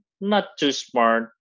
not-too-smart